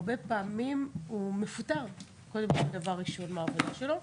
הרבה פעמים הוא מפוטר דבר ראשון מהעבודה שלו.